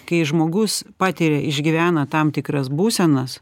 kai žmogus patiria išgyvena tam tikras būsenas